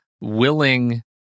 willing